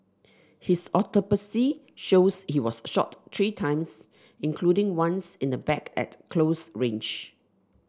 his autopsy shows he was shot three times including once in the back at close range